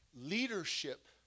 Leadership